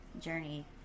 Journey